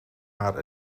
maar